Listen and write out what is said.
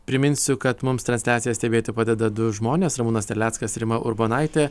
priminsiu kad mums transliaciją stebėti padeda du žmonės ramūnas terleckas rima urbonaitė